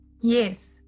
Yes